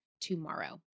tomorrow